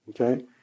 Okay